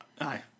Aye